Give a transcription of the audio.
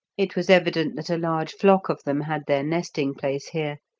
it was evident that a large flock of them had their nesting-place here,